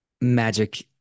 magic